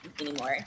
anymore